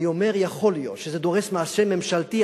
אני אומר, יכול להיות שזה דורש מעשה ממשלתי.